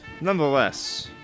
nonetheless